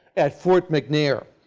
at fort mcnair.